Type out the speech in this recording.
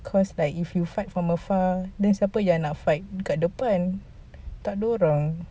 cause like if you fight from afar then siapa yang nak fight dekat depan tiada orang